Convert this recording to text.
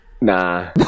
Nah